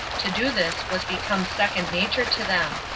to do this was become second nature to them.